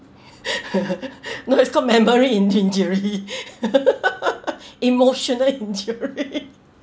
no it's called memory in gingery emotional injury